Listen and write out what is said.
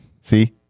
See